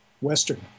Western